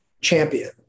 champion